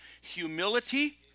humility